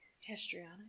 Histrionic